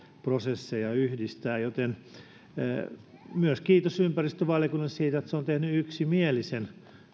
prosesseja yhdistää joten kiitos ympäristövaliokunnalle myös siitä että se on tehnyt yksimielisen